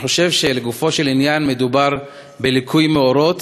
אני חושב לגופו של עניין, שמדובר בליקוי מאורות.